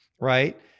Right